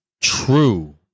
true